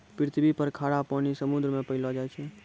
पृथ्वी पर खारा पानी समुन्द्र मे पैलो जाय छै